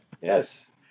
Yes